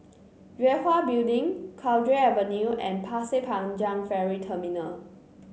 Yue Hwa Building Cowdray Avenue and Pasir Panjang Ferry Terminal